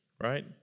right